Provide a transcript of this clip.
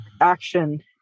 action